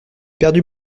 perdu